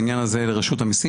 בעניין הזה רשות המיסים,